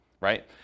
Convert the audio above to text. right